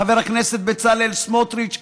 חבר הכנסת בצלאל סמוטריץ,